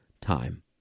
time